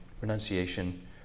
renunciation